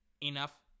enough